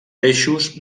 peixos